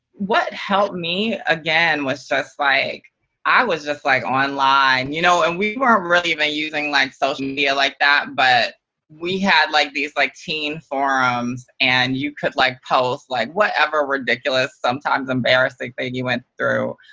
what helped me, again, was just, like i was just like online. you know and we weren't really even using like social media like that, but we had like these like teen forums and you could like post like whatever ridiculous, sometimes embarrassing thing you went through.